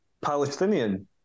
Palestinian